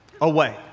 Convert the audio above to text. away